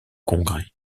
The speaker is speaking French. congrès